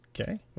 Okay